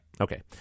Okay